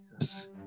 Jesus